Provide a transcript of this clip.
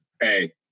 hey